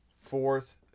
fourth